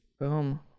Boom